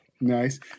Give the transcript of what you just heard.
Nice